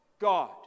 God